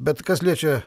bet kas liečia